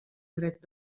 dret